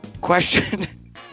Question